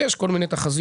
אבל יש כל מיני תחזיות.